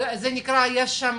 זה נקרא יש שם